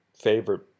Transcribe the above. favorite